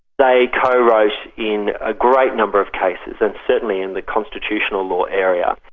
they co-wrote in a great number of cases, and certainly in the constitutional law area.